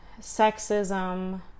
sexism